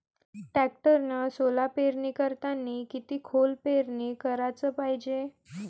टॅक्टरनं सोला पेरनी करतांनी किती खोल पेरनी कराच पायजे?